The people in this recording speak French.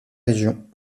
région